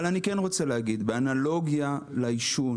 אבל באנלוגיה לעישון,